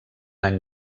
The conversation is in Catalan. any